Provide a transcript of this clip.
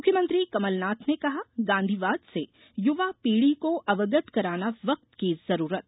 मुख्यमंत्री कमलनाथ ने कहा गांधीवाद से युवा पीढ़ी को अवगत कराना वक्त की जरूरत